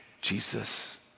Jesus